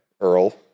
Earl